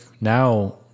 now